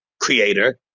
creator